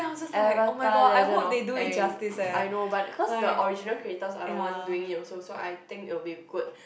Avatar Legend of Aang I know but cause the original creators are the one doing it also so I think it will be good